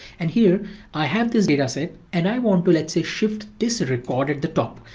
and here i have this data set and i want to, let's say, shift this report at the top.